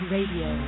Radio